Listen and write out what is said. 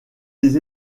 les